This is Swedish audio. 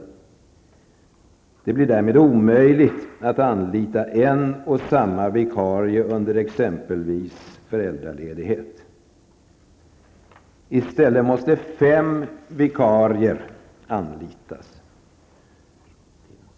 Därmed blir det omöjligt att anlita en och samma vikarie under exempelvis föräldraledighet. I stället måste fem vikarier anlitas.